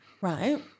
Right